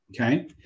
Okay